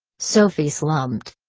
sophie slumped.